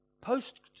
post